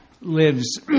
lives